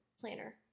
planner